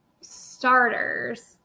starters